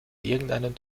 irgendeinem